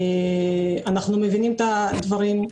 אנחנו מבינים את הדברים,